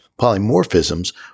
polymorphisms